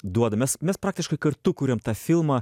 duoda mes mes praktiškai kartu kuriam tą filmą